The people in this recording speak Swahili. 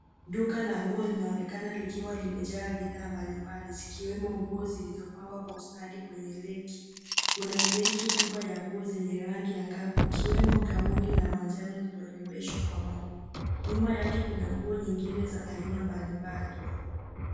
Duka la nguo linaonekana likiwa limejaa bidhaa mbali mbali, zikiwemo nguo zilizopangwa kwa ustadhi kwenye reki. kuna reki kubwa ya nguo zenye angavu ikwemo gauni la manjano lililorembeshwa kwa maua. Nyuma yake kuna nguo zingine za aina mbali mbali.